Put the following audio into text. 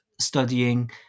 studying